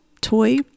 toy